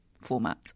format